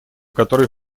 которые